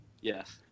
Yes